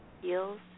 heels